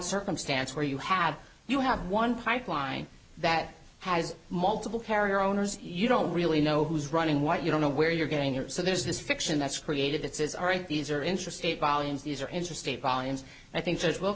circumstance where you have you have one pipeline that has multiple carrier owners you don't really know who's running what you don't know where you're getting your so there's this fiction that's created that says all right these are interested volumes these are interstate volumes i think th